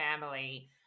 family